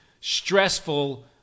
stressful